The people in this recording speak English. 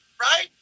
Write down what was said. right